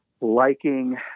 liking